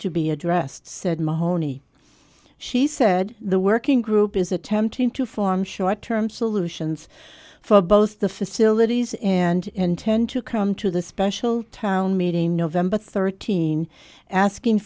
to be addressed said mahoney she said the working group is attempting to form short term solutions for both the facilities and intend to come to the special town meeting nov thirteenth asking